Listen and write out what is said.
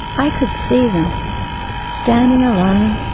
i could see them standing alone,